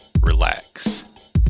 relax